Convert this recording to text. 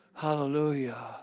Hallelujah